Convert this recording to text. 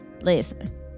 Listen